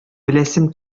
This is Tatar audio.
беләсем